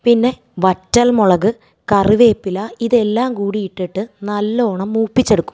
പിന്നെ വറ്റൽ മുളക് കറിവേപ്പില ഇതെല്ലാം കൂടിയിട്ടിട്ട് നല്ലോണം മൂപ്പിച്ചെടുക്കും